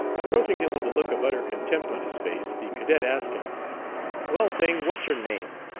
approaching him with a look of utter contempt on his face, the cadet asked him well, thing, what's your name?